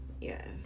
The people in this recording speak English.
yes